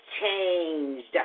changed